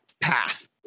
path